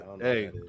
Hey